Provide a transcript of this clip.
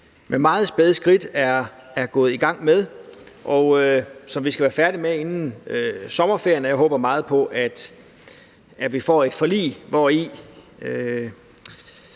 med meget spæde skridt er gået i gang med, og som vi skal være færdige med inden sommerferien. Jeg håber meget på, at vi får et meget bredt